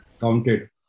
counted